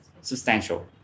substantial